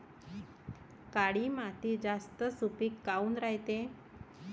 काळी माती जास्त सुपीक काऊन रायते?